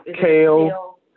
kale